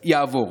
יעבור.